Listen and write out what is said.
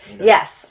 Yes